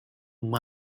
mind